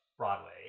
broadway